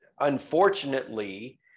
unfortunately